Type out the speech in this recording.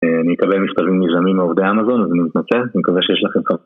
אה... אני מקבל מכתבים נזעמים מעובדי אמאזון, אני מתנצל, אני מקווה שיש לכם כ-